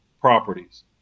properties